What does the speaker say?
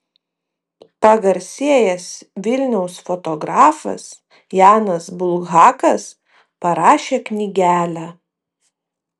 pagarsėjęs vilniaus fotografas janas bulhakas parašė knygelę